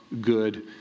good